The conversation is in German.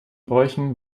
bräuchen